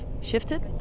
shifted